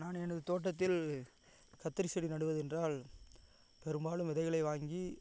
நான் எனது தோட்டத்தில் கத்திரி செடி நடுவதென்றால் பெரும்பாலும் விதைகளை வாங்கி